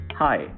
Hi